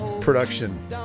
production